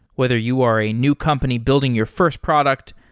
whether you are a new company building your first product,